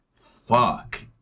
fuck